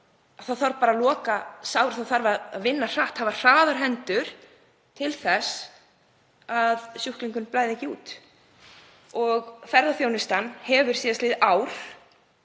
það þarf bara að loka sárinu, það þarf að vinna hratt, hafa hraðar hendur til þess að sjúklingnum blæði ekki út. Ferðaþjónustunni hefur síðastliðið ár